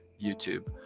YouTube